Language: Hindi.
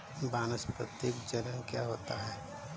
वानस्पतिक जनन क्या होता है?